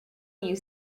you